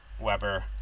Weber